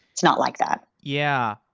it's not like that. yeah.